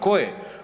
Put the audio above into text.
Koje?